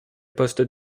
poste